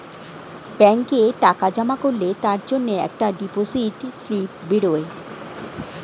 ব্যাংকে টাকা জমা করলে তার জন্যে একটা ডিপোজিট স্লিপ বেরোয়